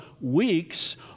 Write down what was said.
Weeks